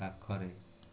ପାଖରେ